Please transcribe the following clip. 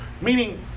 Meaning